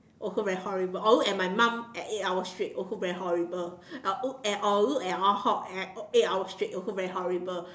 also very horrible or look at my mum at eight hours straight also very horrible or uh or look at Ah-Hock at eight hours straight also very horrible